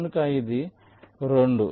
కనుక ఇది 2